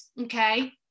Okay